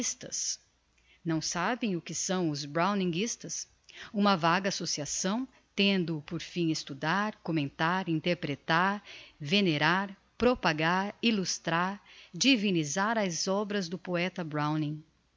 browninguistas não sabem o que são os browninguistas uma vasta associação tendo por fim estudar commentar interpretar venerar propagar illustrar divinisar as obras do poeta browning